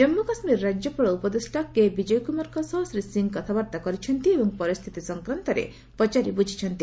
ଜାନ୍ଗୁ କାଶ୍ମୀର ରାଜ୍ୟପାଳ ଉପଦେଷ୍ଟା କେ ବିଜୟ କୁମାରଙ୍କ ସହ ଶ୍ରୀ ସିଂ କଥାବାର୍ତ୍ତା କରିଚନ୍ତି ଏବଂ ପରିସ୍ଥିତି ସଂକ୍ରାନ୍ତରେ ପଚାରି ବୁଝିଛନ୍ତି